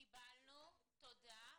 קיבלנו, תודה.